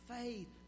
faith